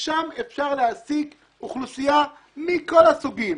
שם אפשר להעסיק אוכלוסייה מכל הסוגים,